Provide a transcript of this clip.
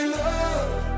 love